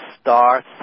star